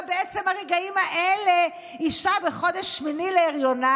בעצם הרגעים האלה אישה בחודש השמיני להריונה,